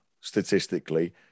statistically